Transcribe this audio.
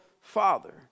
Father